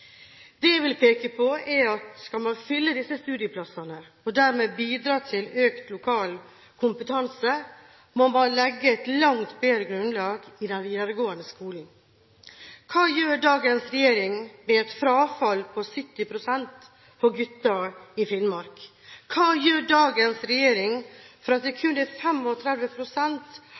Det jeg vil peke på, er at skal man fylle disse studieplassene og dermed bidra til økt lokal kompetanse, må man legge et langt bedre grunnlag i den videregående skolen. Hva gjør dagens regjering med et frafall på 70 pst. når det gjelder gutter i Finnmark? Hva gjør dagens regjering for at det kun er